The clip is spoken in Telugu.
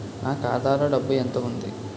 నా ఖాతాలో డబ్బు ఎంత ఉంది?